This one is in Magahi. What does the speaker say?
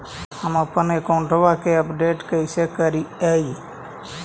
हमपन अकाउंट वा के अपडेट कैसै करिअई?